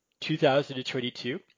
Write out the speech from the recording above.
2022